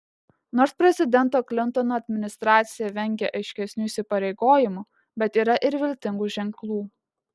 nors prezidento klintono administracija vengia aiškesnių įsipareigojimų bet yra ir viltingų ženklų